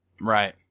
Right